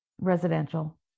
residential